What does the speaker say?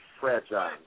fragile